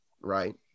right